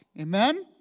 Amen